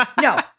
no